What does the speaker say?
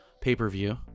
pay-per-view